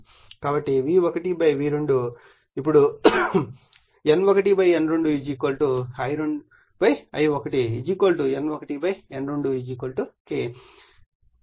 కాబట్టి V1 V2 ఇప్పుడు N1 N2 I2 I1 N1 N2 K